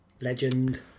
legend